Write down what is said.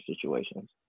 situations